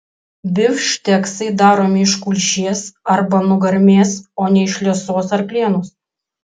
bifšteksai daromi iš kulšies arba nugarmės o ne iš liesos arklienos